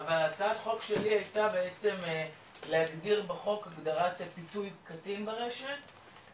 אבל הצעת חוק שלי הייתה בעצם להגדיר בחוק הגדרת פיתוי קטין ברשת,